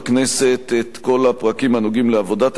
הכנסת את כל הפרקים הנוגעים לעבודת הכנסת,